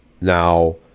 Now